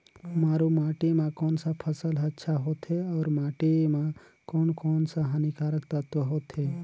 मारू माटी मां कोन सा फसल ह अच्छा होथे अउर माटी म कोन कोन स हानिकारक तत्व होथे?